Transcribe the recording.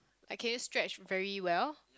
like can you stretch very well